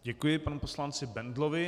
Děkuji panu poslanci Bendlovi.